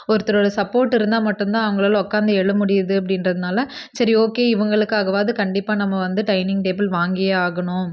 ஒருத்தரோட சப்போர்ட் இருந்தால் மட்டும் தான் அவங்களால உக்காந்து எழ முடியுது அப்படின்றதுனால சரி ஓகே இவங்களுக்காகவாது கண்டிப்பாக நம்ப வந்து டைனிங் டேபிள் வாங்கியே ஆகணும்